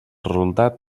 resultat